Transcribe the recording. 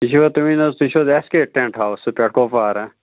یہِ چھُوا تُہۍ ؤنِو حظ تُہۍ چھُو حظ اٮ۪سکیٹ ٹٮ۪نٛٹ ہاوُسہٕ پٮ۪ٹھ کۄپوارہ